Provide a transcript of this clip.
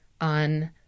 on